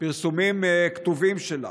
פרסומים כתובים שלה.